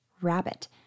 Rabbit